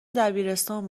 دبیرستان